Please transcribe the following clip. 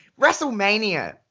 wrestlemania